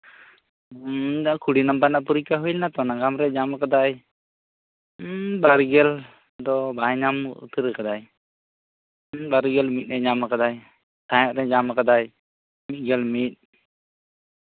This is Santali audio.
ᱠᱩᱲᱤ ᱱᱟᱢᱵᱟᱨ ᱨᱮᱱᱟᱜ ᱯᱚᱨᱤᱠᱠᱷᱟ ᱦᱩᱭᱮᱱᱟ ᱛᱚ ᱱᱟᱜᱟᱢ ᱨᱮ ᱧᱟᱢᱟᱠᱟᱫᱟᱭ ᱵᱟᱨᱜᱮᱞ ᱫᱚ ᱵᱟᱭ ᱧᱟᱢ ᱩᱛᱟᱹᱨ ᱟᱠᱟᱫᱟᱭ ᱵᱟᱨᱜᱮᱞ ᱢᱤᱫ ᱮ ᱧᱟᱢ ᱠᱟᱫᱟᱭ ᱥᱟᱶᱦᱮᱫ ᱨᱮᱭ ᱧᱟᱢᱟᱠᱟᱫᱟ ᱢᱤᱫ ᱜᱮᱞ ᱢᱤᱫ